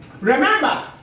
Remember